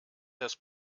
das